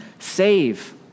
Save